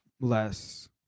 less